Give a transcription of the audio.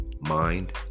mind